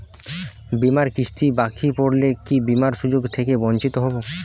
বিমার কিস্তি বাকি পড়লে কি বিমার সুযোগ থেকে বঞ্চিত হবো?